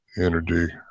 energy